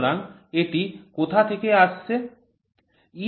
সুতরাং এটি কোথা থেকে আসছে